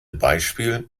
beispiel